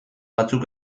batzuk